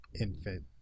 infant